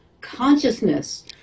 consciousness